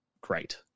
great